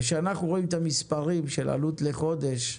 כשאנחנו רואים את המספרים של עלות לחודש,